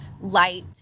light